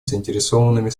заинтересованными